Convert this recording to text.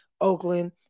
Oakland